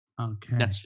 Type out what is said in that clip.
Okay